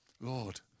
Lord